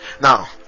now